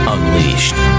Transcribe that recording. Unleashed